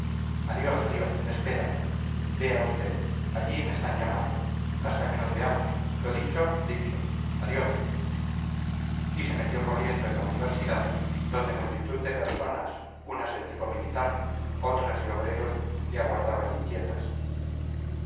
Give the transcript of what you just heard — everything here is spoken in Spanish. adiós adiós me esperan vea usted allí me están llamando hasta que nos veamos lo dicho dicho adiós y se metió corriendo en la universidad donde multitud de personas unas de tipo militar otras de obreros le aguardaban inquietas